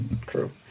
True